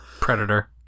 Predator